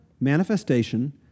manifestation